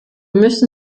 müssen